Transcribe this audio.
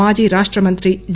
మాజీ రాష్ట మంత్రి డి